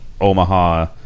Omaha